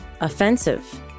offensive